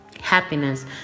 Happiness